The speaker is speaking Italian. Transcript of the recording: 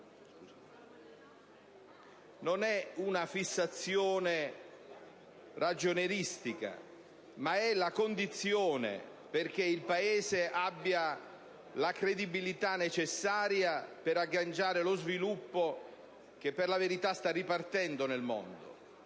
non è una fissazione ragionieristica, ma è la condizione perché il Paese abbia la credibilità necessaria per agganciare lo sviluppo, che per la verità sta ripartendo nel mondo.